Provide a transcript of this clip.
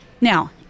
Now